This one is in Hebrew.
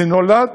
זה נולד